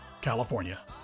California